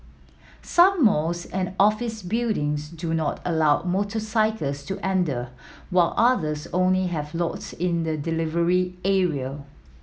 some malls and office buildings do not allow motorcycles to enter while others only have lots in the delivery area